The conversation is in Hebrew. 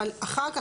אבל אחר כך,